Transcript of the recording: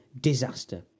disaster